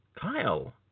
Kyle